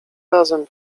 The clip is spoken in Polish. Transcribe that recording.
razem